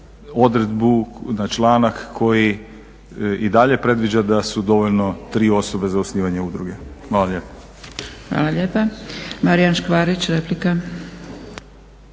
odredbu, na članak koji i dalje predviđa da su dovoljno tri osobe za osnivanje udruge. Hvala lijepa.